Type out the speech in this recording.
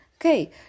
Okay